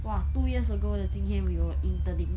!wah! two years ago 的今天 we were interning